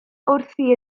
wrthi